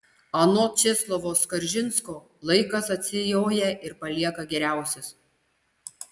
anot česlovo skaržinsko laikas atsijoja ir palieka geriausius